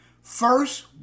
First